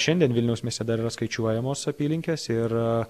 šiandien vilniaus mieste dar yra skaičiuojamos apylinkes ir